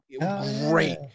Great